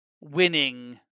winning